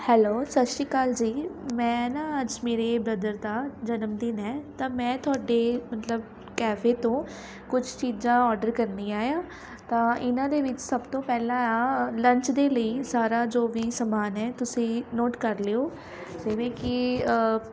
hello ਸਤਿ ਸ਼੍ਰੀ ਅਕਾਲ ਜੀ ਮੈਂ ਨਾ ਅੱਜ ਮੇਰੇ ਬ੍ਰਦਰ ਦਾ ਜਨਮਦਿਨ ਹੈ ਤਾਂ ਮੈਂ ਤੁਹਾਡੇ ਮਤਲਬ ਕੈਫੇ ਤੋਂ ਕੁਛ ਚੀਜ਼ਾਂ ਔਡਰ ਕਰਨੀਆਂ ਆ ਤਾਂ ਇਹਨਾਂ ਦੇ ਵਿੱਚ ਸਭ ਤੋਂ ਪਹਿਲਾਂ ਆਂ ਲੰਚ ਦੇ ਲਈ ਸਾਰਾ ਜੋ ਵੀ ਸਮਾਨ ਹੈ ਤੁਸੀਂ ਨੋਟ ਕਰ ਲਿਓ ਜਿਵੇਂ ਕਿ